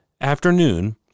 afternoon